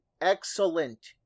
excellent